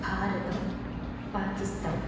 भारतं पाकिस्तान्